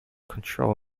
control